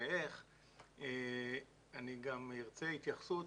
אני גם ארצה התייחסות